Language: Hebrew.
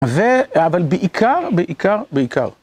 אבל בעיקר, בעיקר, בעיקר.